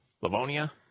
Livonia